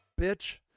bitch